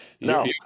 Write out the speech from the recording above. No